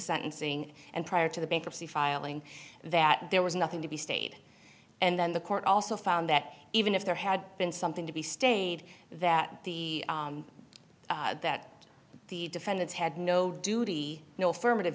sentencing and prior to the bankruptcy filing that there was nothing to be stayed and then the court also found that even if there had been something to be stained that the that the defendants had no duty no affirmative